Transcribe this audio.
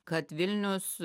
kad vilnius